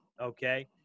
okay